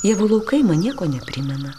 javų laukai man nieko neprimena